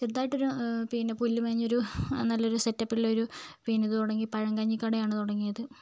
ചെറുതായിട്ടൊരു പിന്നെ പുല്ലു മേഞ്ഞൊരു നല്ലൊരു സെറ്റപ്പിലൊരു പിന്നതു തുടങ്ങി പഴങ്കഞ്ഞിക്കടയാണ് തുടങ്ങിയത്